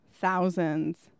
thousands